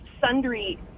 Sundry